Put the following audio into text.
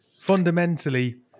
Fundamentally